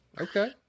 Okay